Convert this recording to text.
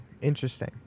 Interesting